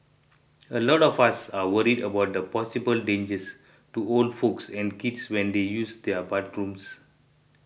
a lot of us are worried about the possible dangers to old folks and kids when they use the bathrooms